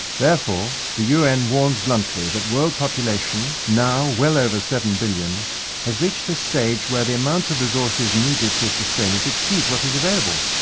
therefore, the un warns bluntly that world population, now well over seven billion has reached a stage where the amount of resources needed needed to sustain it exceeds what is available.